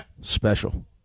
Special